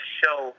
show